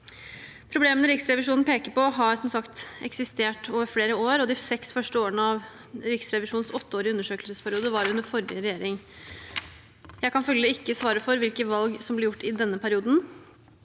Problemene Riksrevisjonen peker på, har som sagt eksistert over flere år. De seks første årene av Riksrevisjonens åtteårige undersøkelsesperiode var under forrige regjering. Jeg kan følgelig ikke svare for hvilke valg som ble gjort i den perioden.